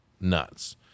nuts